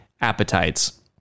appetites